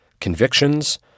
convictions